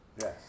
Yes